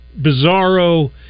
bizarro